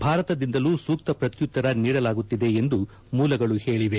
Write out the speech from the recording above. ಭಾರತದಿಂದಲೂ ಸೂಕ್ತ ಪ್ರತ್ಯುತ್ತರ ನೀಡಲಾಗುತ್ತಿದೆ ಎಂದು ಮೂಲಗಳು ಹೇಳವೆ